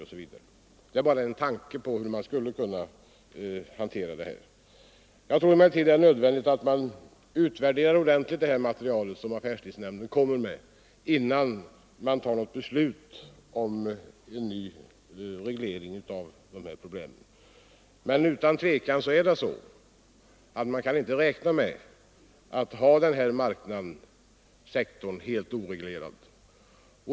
Detta är, som sagt, en tanke hur man skulle kunna hantera problemet. Jag tror emellertid att det är nödvändigt att ordentligt utvärdera det material som affärstidsnämnden kommer med, innan något beslut fattas om en ny reglering av affärstiderna. Utan tvivel är det så att man inte kan räkna med att ha den här sektorn helt oreglerad.